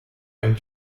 and